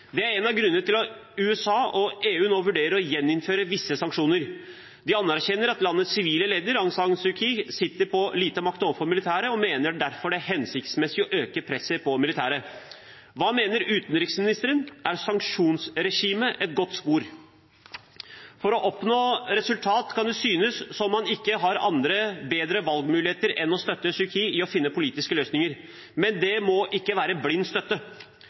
Det er en av grunnene til at USA og EU nå vurderer å gjeninnføre visse sanksjoner. De anerkjenner at landets sivile leder, Aung San Suu Kyi, sitter på lite makt overfor militære, og mener derfor det er hensiktsmessig å øke presset på militæret. Hva mener utenriksministeren, er sanksjonsregimet et godt spor? For å oppnå resultat kan det synes som om man ikke har andre og bedre valgmuligheter enn å støtte Suu Kyi i å finne politiske løsninger. Men det må ikke være blind støtte,